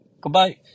Goodbye